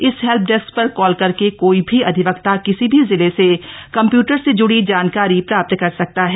इस हेल्पडेस्क पर कॉल करके कोई भी अधिवक्ता किसी भी जिले से कम्प्यूटर से जुड़ी जानकारी प्राप्त कर सकता है